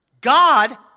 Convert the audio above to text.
God